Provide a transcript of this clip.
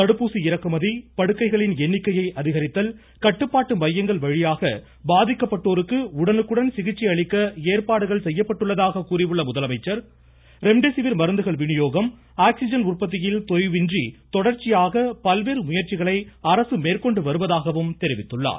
தடுப்பூசி இறக்குமதி படுக்கைகளின் எண்ணிக்கையை அதிகரித்தல் கட்டுப்பாட்டு மையங்கள் வழியாக பாதிக்கப்பட்டோருக்கு உடனுக்குடன் சிகிச்சையளிக்க ஏற்பாடுகள் செய்யப்பட்டுள்ளதாக கூறியுள்ள முதலமைச்சார் ரெம்டிசிவிர் மருந்துகள் வினியோகம் உற்பத்தியில் தொய்வின்றி தொடர்ச்சியாக பல்வேறு முயற்சிகளை ஆக்சிஜன் அரசு மேற்கொண்டு வருவதாகவும் தெரிவித்துள்ளார்